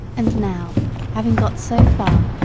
and now having got so far,